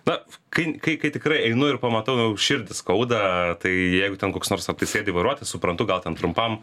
na kai kai kai tikrai einu ir pamatau jau širdį skauda tai jeigu ten koks nors ar ten sėdi vairuotojas suprantu gal ten trumpam